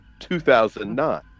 2009